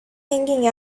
hanging